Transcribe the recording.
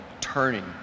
turning